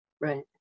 Right